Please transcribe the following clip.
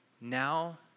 now